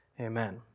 amen